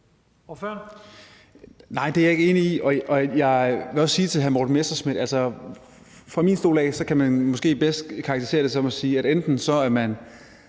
(S): Nej, det er jeg ikke enig i, og jeg vil også sige til hr. Morten Messerschmidt, at fra min stol af kan man måske bedst karakterisere det som at sige, at enten er man